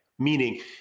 meaning